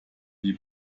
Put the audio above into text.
die